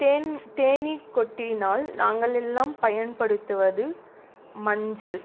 தேன் தேனீ கொட்டினால் நாங்களெல்லாம் பயன்படுத்துவது மஞ்சள்